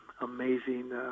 amazing